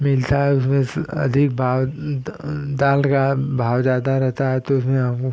मिलता है उसमें अधिक भाव दाल का भाव ज़्यादा रहता है तो उसमें हम